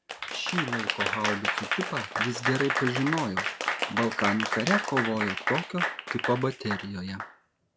šį lauko haubicų tipą jis gerai pažinojo balkanų kare kovojo tokio tipo baterijoje